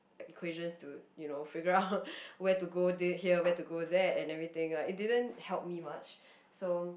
equations to you know figure out where to go here where to go there and everything like it didn't help me much so